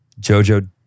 JoJo